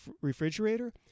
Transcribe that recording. refrigerator